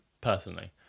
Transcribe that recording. personally